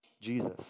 Jesus